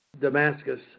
Damascus